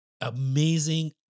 amazing